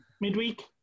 Midweek